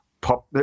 pop